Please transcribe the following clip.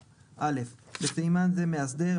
13/א'.בסימן זה מאסר,